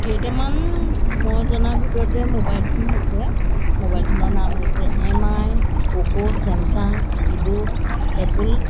কেইটামান মই জনাৰ ভিতৰতে মোবাইল ফোন হৈছে মোবাইল ফোনৰ নাম হৈছে M I Poco Samsung Vivo Apple